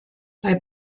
bei